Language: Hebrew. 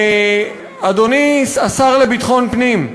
אדוני השר לביטחון פנים,